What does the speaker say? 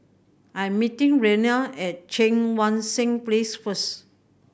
I'm meeting Raynard at Cheang Wan Seng Place first